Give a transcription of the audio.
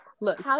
look